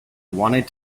wanted